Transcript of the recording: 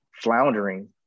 floundering